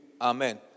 Amen